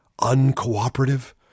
uncooperative